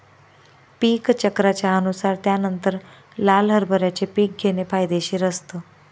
पीक चक्राच्या अनुसार त्यानंतर लाल हरभऱ्याचे पीक घेणे फायदेशीर असतं